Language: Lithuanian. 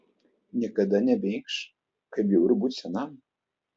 niekada nebeinkš kaip bjauru būti senam